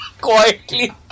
Quietly